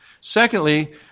Secondly